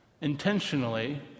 intentionally